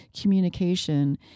communication